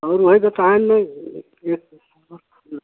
और वही बताएँ नै